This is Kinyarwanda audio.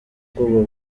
ubwoba